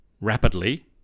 rapidly